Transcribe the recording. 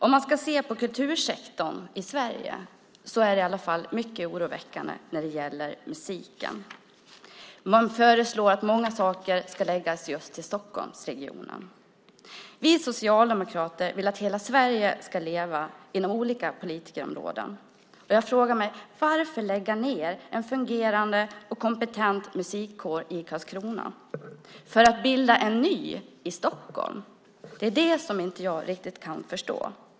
Ser man på kultursektorn i Sverige är det i alla fall mycket oroväckande när det gäller musiken. Man föreslår att många saker ska förläggas just till Stockholmsregionen. Vi socialdemokrater vill att hela Sverige ska leva, inom olika politikområden. Jag frågar mig: Varför lägga ned en fungerande och kompetent musikkår i Karlskrona för att bilda en ny i Stockholm? Det är det jag inte riktigt kan förstå.